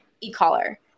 e-collar